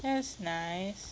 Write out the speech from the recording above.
that's nice